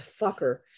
fucker